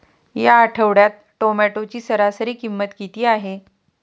या आठवड्यात टोमॅटोची सरासरी किंमत किती आहे?